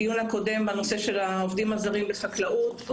בדיון הקודם בנושא של העובדים הזרים בחקלאות,